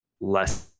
less